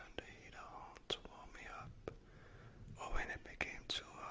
you know to warm me up. or when it became too